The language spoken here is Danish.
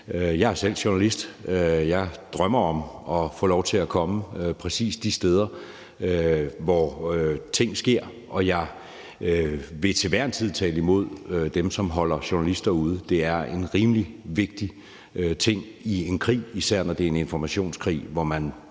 Jeg er selv journalist. Jeg drømmer om at få lov til at komme præcis de steder, hvor ting sker, og jeg vil til hver en tid tale imod dem, som holder journalister ude. Det er en rimelig vigtig ting i en krig, især når det er en informationskrig, hvor man